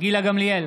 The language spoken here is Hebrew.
גילה גמליאל,